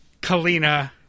Kalina